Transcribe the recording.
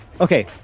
Okay